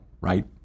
right